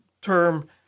term